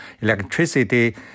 electricity